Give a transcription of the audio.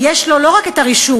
יש לו לא רק את הרישום,